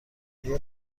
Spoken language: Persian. آیا